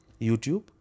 YouTube